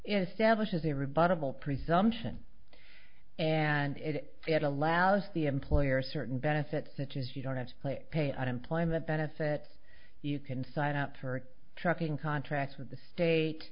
rebuttable presumption and it it allows the employer certain benefits such as you don't have to play pay unemployment benefits you can sign up her trucking contract with the state